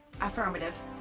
Affirmative